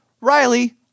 Riley